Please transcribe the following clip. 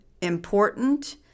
important